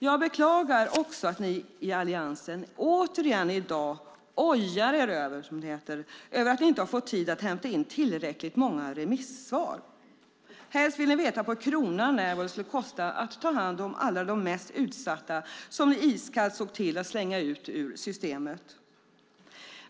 Jag beklagar också att ni i Alliansen i dag återigen ojar er, som det heter, över att ni inte har fått tid att hämta in tillräckligt många remissvar. Helst vill ni veta på kronan när vad det skulle kosta att ta hand om de allra mest utsatta som ni iskallt såg till att slänga ut ur systemet.